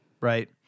Right